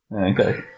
Okay